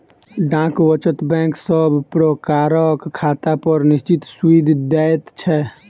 डाक वचत बैंक सब प्रकारक खातापर निश्चित सूइद दैत छै